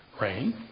Rain